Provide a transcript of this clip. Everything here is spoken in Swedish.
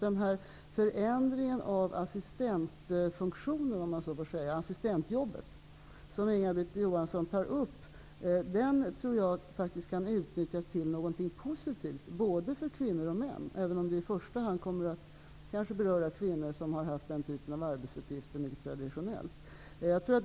Den förändring av assistentjobbet som Inga-Britt Johansson tar upp, tror jag faktiskt kan utnyttjas till någonting positivt både för kvinnor och män, även om det i första hand kommer att beröra kvinnor som av tradition har haft den typen av arbetsuppgifter.